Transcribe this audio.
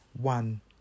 one